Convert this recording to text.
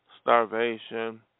starvation